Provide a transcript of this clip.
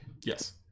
yes